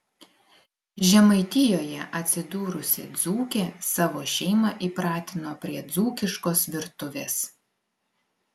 žemaitijoje atsidūrusi dzūkė savo šeimą įpratino prie dzūkiškos virtuvės